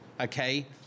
okay